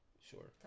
Sure